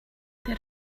there